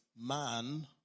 man